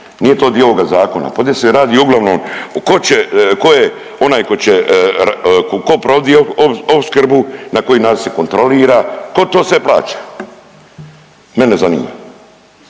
nije to dio ovoga zakona, pa ovdje se radi uglavnom, tko će, tko je onaj tko će, tko provodit opskrbu, na koji način se kontrolira, tko to sve plaća mene zanima.